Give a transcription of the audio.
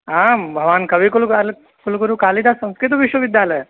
आं भवान् कविकुले भालत् कुलगुरुकालिदाससंस्कृतविश्वविद्यालये